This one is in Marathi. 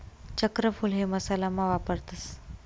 चक्रफूल हे मसाला मा वापरतस